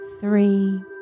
Three